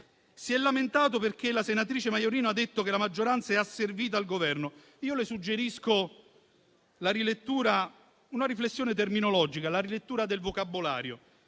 Si è lamentato perché la senatrice Maiorino ha detto che la maggioranza è asservita al Governo. Io le suggerisco la rilettura, con una riflessione terminologica, del vocabolario: